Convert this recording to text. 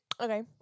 Okay